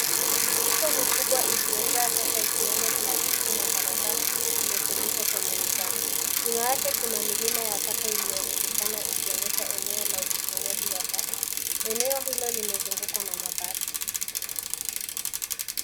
Mifuko mikubwa iliyojaa taka ikiwemo plastiki na karatasi imetundikwa kwenye mizani. Nyuma yake kuna milima ya taka iliyorundikana ikionyesha eneo la ukusanyaji wa taka. Eneo hilo limezungukwa na mabati.